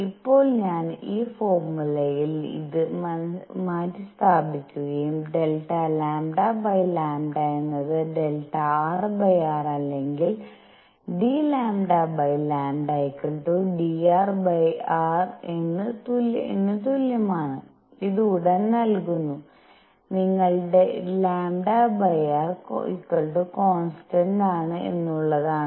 ഇപ്പോൾ ഞാൻ ഈ ഫോർമുലയിൽ ഇത് മാറ്റിസ്ഥാപിക്കുകയും ∆λλ എന്നത് ∆rr അല്ലെങ്കിൽ dλλdrr ന് തുല്യമാണ് ഇത് ഉടൻ നൽകുന്നു നിങ്ങൾ λr കോൺസ്റ്റന്റ് ആണ് എന്നുള്ളതാണ്